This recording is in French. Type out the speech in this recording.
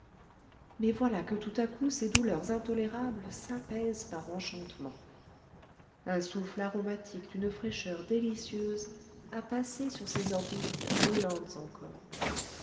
mais voilà que tout à coup ses douleurs intolérables s'apaisent par enchantement un souffle aromatique d'une fraîcheur délicieuse a passé sur ses orbites brûlantes encore